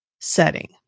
setting